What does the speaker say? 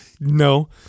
No